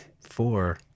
Four